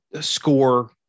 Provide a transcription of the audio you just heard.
score